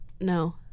no